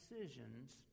decisions